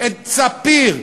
את ספיר?